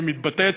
והיא מתבטאת